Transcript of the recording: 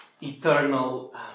eternal